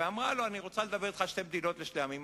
ואמרה לו: אני רוצה לדבר אתך על שתי מדינות לשני עמים.